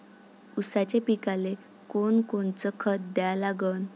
ऊसाच्या पिकाले कोनकोनचं खत द्या लागन?